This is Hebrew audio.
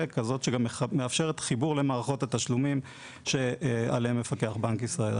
והיא כזו שגם מאפשרת חיבור למערכות התשלומים שעליהן מפקח בנק ישראל.